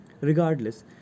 Regardless